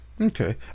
Okay